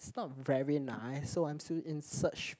it's not very nice so I'm still in search